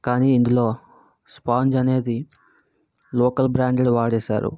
కానీ ఇందులో స్పాంజ్ అనేది లోకల్ బ్రాండెడ్ వాడేశారు